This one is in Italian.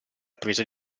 presa